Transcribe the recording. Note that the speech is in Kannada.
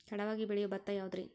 ತಡವಾಗಿ ಬೆಳಿಯೊ ಭತ್ತ ಯಾವುದ್ರೇ?